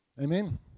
Amen